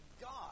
God